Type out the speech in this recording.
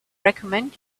recommend